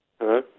Hello